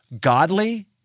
Godly